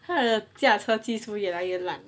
他的驾车技术越来越烂